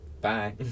Bye